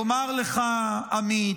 לומר לך, עמית,